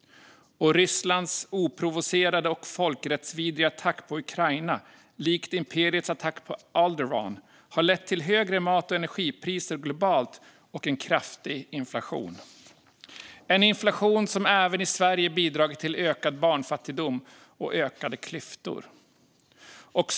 Och Rysslands oprovocerade och folkrättsvidriga attack på Ukraina, likt imperiets attack på Alderaan, har lett till högre mat och energipriser globalt och till kraftig inflation, som bidragit till ökad barnfattigdom och ökande klyftor även i Sverige.